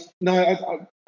no